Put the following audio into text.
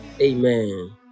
Amen